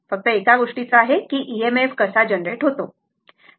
फक्त एका गोष्टीचा आहे की EMF कसा जनरेट होतो बरोबर